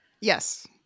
yes